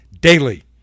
daily